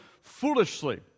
foolishly